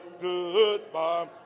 goodbye